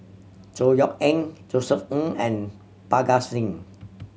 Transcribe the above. Chor Yeok Eng Josef Ng and Parga Singh